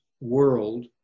world